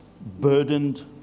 burdened